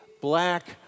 black